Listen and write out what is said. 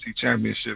championship